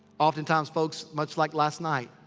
oftentimes, folks much like last night,